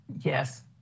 Yes